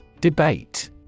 Debate